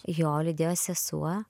jo lydėjo sesuo